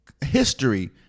history